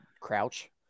crouch